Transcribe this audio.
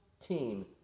team